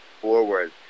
forward